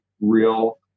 real